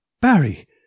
Barry